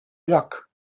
lloc